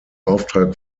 auftrag